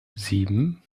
sieben